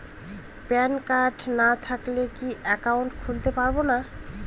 Pan card না থাকলে কি একাউন্ট খুলতে পারবো না?